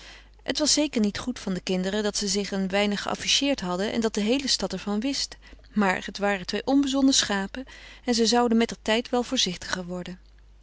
het was zeker niet goed van de kinderen dat ze zich een weinig geafficheerd hadden en dat de heele stad er van wist maar het waren twee onbezonnen schapen en ze zouden mettertijd wel voorzichtiger worden